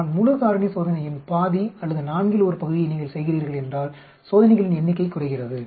ஆனால் முழு காரணி சோதனையின் பாதி அல்லது நான்கில் ஒரு பகுதியை நீங்கள் செய்கிறீர்கள் என்றால் சோதனைகளின் எண்ணிக்கை குறைகிறது